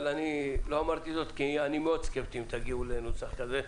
אבל לא אמרתי זאת כי אני מאוד סקפטי שתגיעו לנוסח כזה.